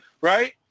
Right